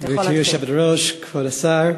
גברתי היושבת-ראש, כבוד השר,